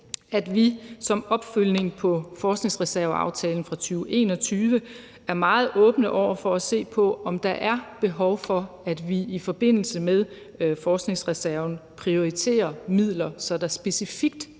at vi som opfølgning på forskningsreserveaftalen fra 2021 er meget åbne over for at se på, om der er behov for, at vi i forbindelse med forskningsreserven prioriterer midler, så der specifikt